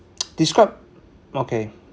describe okay